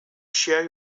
share